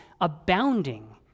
abounding